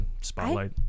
Spotlight